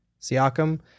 Siakam